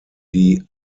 die